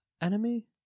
enemy